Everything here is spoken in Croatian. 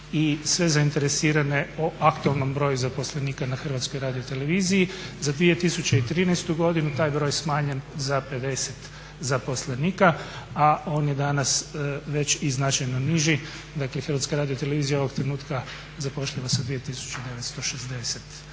i sve zainteresirane o aktualnom broju zaposlenika na Hrvatskoj radioteleviziji za 2013. godinu taj broj je smanjen za 50 zaposlenika a on je danas već i značajno niži. Dakle Hrvatska radiotelevizija ovog trenutka zapošljava sa 2960